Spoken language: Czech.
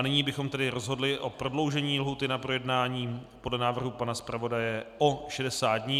Nyní bychom tedy rozhodli o prodloužení lhůty na projednání podle návrhu pana zpravodaje o 60 dní.